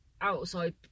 outside